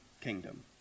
kingdom